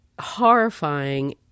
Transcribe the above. horrifying